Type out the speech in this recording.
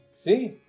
See